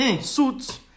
suits